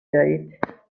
دارید